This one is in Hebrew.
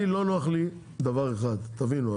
אני לא נוח לי דבר אחד, תבינו,